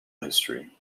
history